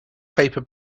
paper